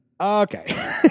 Okay